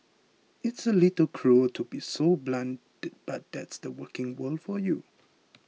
it's a little cruel to be so blunt but that's the working world for you